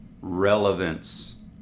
relevance